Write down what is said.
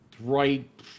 right